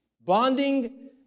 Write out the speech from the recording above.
Bonding